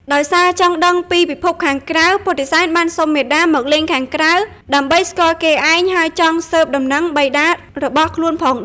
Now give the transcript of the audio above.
ដោយសារចង់ដឹងពីពិភពខាងក្រៅ ពុទ្ធិសែនបានសុំមាតាមកលេងខាងក្រៅដើម្បីស្គាល់គេឯង ហើយចង់ស៊ើបដំណឹងបិតារបស់ខ្លួនផង។